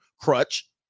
Crutch